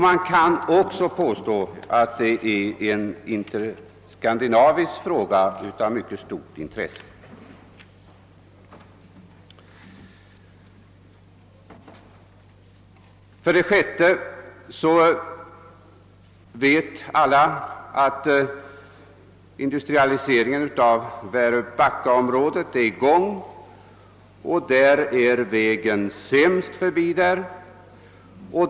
Man kan också påstå att det är ett skandinaviskt spörsmål av mycket stort intresse. 6. Alla vet att industrialiseringen av väröbackaområdet pågår och där är vägen sämst.